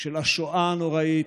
של השואה הנוראית,